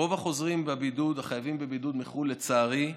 רוב החוזרים מחו"ל החייבים בבידוד, לצערי,